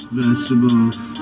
vegetables